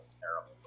terrible